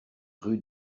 rue